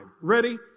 ready